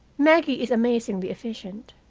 maggie is amazingly efficient.